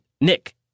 Nick